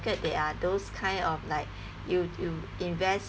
market there are those kind of like you you invest